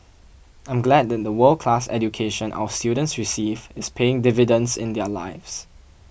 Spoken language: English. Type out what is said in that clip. I am glad that the world class education our students receive is paying dividends in their lives